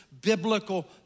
biblical